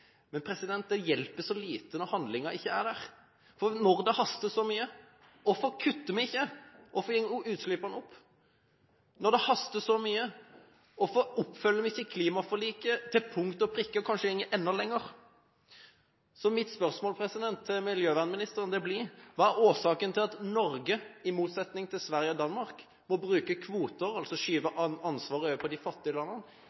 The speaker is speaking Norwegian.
det hjelper så lite når handlingen ikke er der. Når det haster så mye, hvorfor kutter vi ikke? Hvorfor går utslippene opp? Når det haster så mye, hvorfor oppfyller vi ikke klimaforliket til punkt og prikke – og går kanskje enda lengre? Så mine spørsmål til miljøvernministeren blir: Hva er årsaken til at Norge, i motsetning til Sverige og Danmark, må bruke kvoter – altså